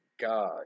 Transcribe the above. god